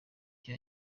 icyo